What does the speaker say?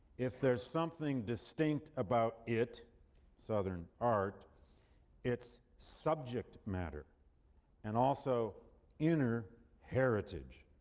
if there's something distinct about it southern art it's subject matter and also inner heritage.